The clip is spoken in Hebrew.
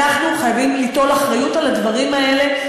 אנחנו חייבים ליטול אחריות לדברים האלה.